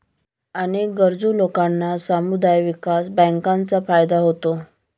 अनेक गरजू लोकांना समुदाय विकास बँकांचा फायदा होतो